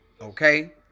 okay